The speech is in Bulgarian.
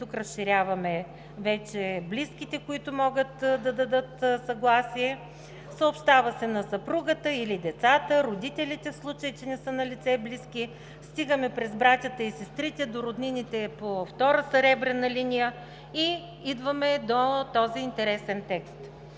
вече разширяваме близките, които могат да дадат съгласие, съобщава се на съпругата или децата, родителите, в случай че не са налице близки, стигаме през братята и сестрите до роднините по втора съребрена линия.“ И идваме до този интересен текст: